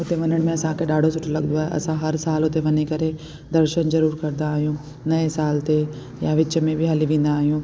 हुते वञण में असांखे ॾाढो सुठो लॻंदो आहे असां हर साल उते वञी करे दर्शन ज़रूर कंदा आहियूं नए साल ते या विच में बि हली वेंदा आहियूं